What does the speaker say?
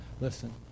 listen